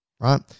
right